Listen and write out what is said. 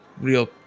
real